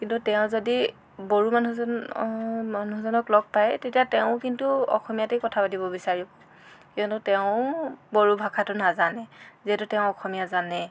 কিন্তু তেওঁ যদি বড়ো মানুহজনক লগ পায় তেতিয়া তেওঁ কিন্তু অসমীয়াতেই কথা পাতিব বিচাৰিব কিয়নো তেওঁ বড়ো ভাষাটো নাজানে যিহেতু তেওঁ অসমীয়া জানে